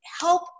Help